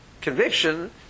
conviction